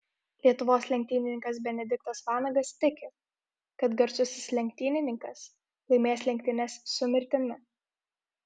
lietuvos lenktynininkas benediktas vanagas tiki kad garsusis lenktynininkas laimės lenktynes su mirtimi